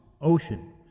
ocean